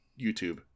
YouTube